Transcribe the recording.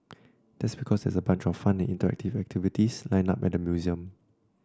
that's because there's a bunch of fun and interactive activities lined up at the museum